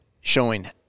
showing